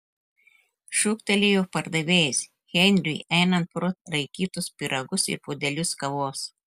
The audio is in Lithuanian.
šūktelėjo pardavėjas henriui einant pro raikytus pyragus ir puodelius kavos